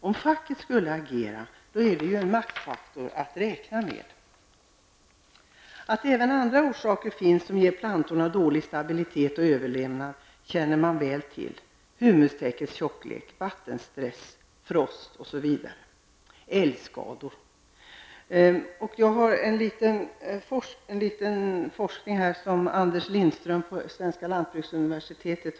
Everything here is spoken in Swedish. Om facket skulle agera är det en maktfaktor att räkna med. Att det även finns andra orsaker som ger plantorna dålig stabilitet och överlevnad är väl känt, t.ex. humustäckets tjocklek, vattenstress, frost, älgskador osv. Jag har här en rapport från en känd undersökning gjord av Anders Lindström på Svenska lantbruksuniversitetet.